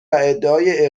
ادعای